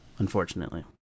Unfortunately